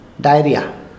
Diarrhea